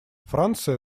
франция